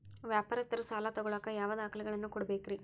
ವ್ಯಾಪಾರಸ್ಥರು ಸಾಲ ತಗೋಳಾಕ್ ಯಾವ ದಾಖಲೆಗಳನ್ನ ಕೊಡಬೇಕ್ರಿ?